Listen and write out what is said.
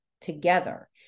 together